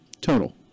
Total